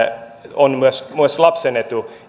on myös lapsen etu